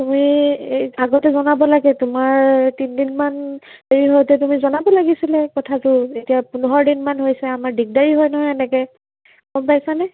তুমি আগতে জনাব লাগে তোমাৰ তিনিদিন মান দেৰি হওঁতে তুমি জনাব লাগিছিলে কথাটো এতিয়া পোন্ধৰ দিন মান হৈছে আমাৰ দিগদাৰি হয় নহয় এনেকৈ গম পাইছা নে